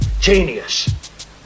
genius